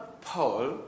Paul